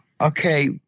okay